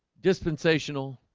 dispensational